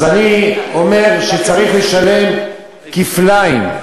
אז אני אומר שצריך לשלם כפליים: